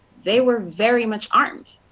they were very much arms.